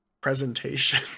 Presentation